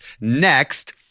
next